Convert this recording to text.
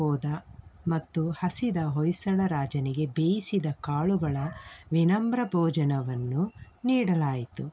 ಹೋದ ಮತ್ತು ಹಸಿದ ಹೊಯ್ಸಳ ರಾಜನಿಗೆ ಬೇಯಿಸಿದ ಕಾಳುಗಳ ವಿನಮ್ರ ಭೋಜನವನ್ನು ನೀಡಲಾಯಿತು